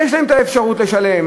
יש להם האפשרות לשלם,